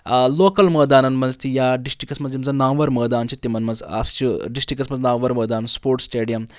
local مٲدانَن منٛز تہِ یا ڈِسٹرکَس منٛز یِم زَن ناموَر مٲدان چھِ تِمَن منٛز اَس چھُ ڈِسٹرکَس ناموَر مٲدان سپوٹٕس سِٹیڈیَم